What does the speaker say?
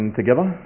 together